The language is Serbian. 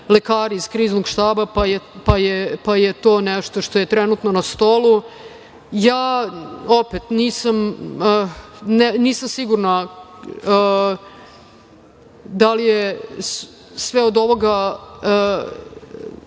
lekari iz Kriznog štaba. To je nešto što je trenutno na stolu. Nisam sigurna da li je sve od ovoga